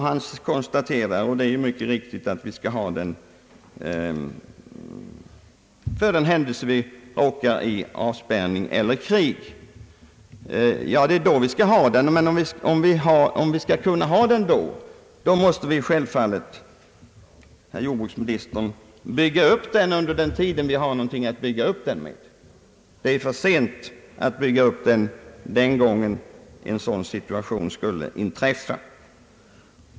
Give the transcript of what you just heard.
Han konstaterar mycket riktigt att vi skall ha den för den händelse vi råkar i avspärrning eller krig. Men om vi skall ha den då, måste vi självfallet, herr jordbruksminister, bygga upp den under den tid då vi har nå gonting att bygga upp den med. Det är för sent att bygga upp beredskapen när en sådan situation inträffar.